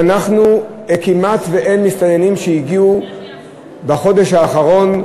כמעט אין מסתננים שהגיעו בחודש האחרון,